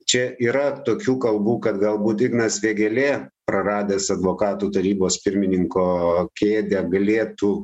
čia yra tokių kalbų kad galbūt ignas vėgėlė praradęs advokatų tarybos pirmininko kėdę galėtų